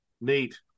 Neat